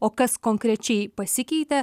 o kas konkrečiai pasikeitė